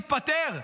תתפטר.